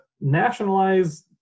nationalize